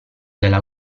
della